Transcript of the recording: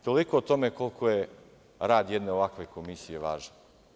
Toliko o tome koliko je rad jedne ovakve komisije važan.